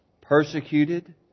persecuted